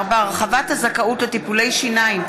והיא חוזרת לוועדת הפנים להכנה לקראת קריאה שנייה